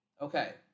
Okay